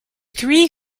three